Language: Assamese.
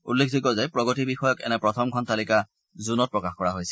উল্লেখযোগ্য যে প্ৰগতি বিষয়ক এনে প্ৰথমখন তালিকা জুনত প্ৰকাশ কৰা হৈছিল